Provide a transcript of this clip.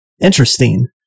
Interesting